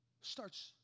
starts